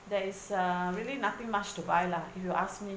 there is uh really nothing much to buy lah if you ask me